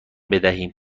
بدهیم